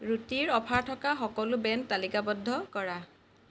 ৰুটীৰ offer থকা সকলো brand তালিকাবদ্ধ কৰা